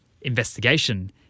investigation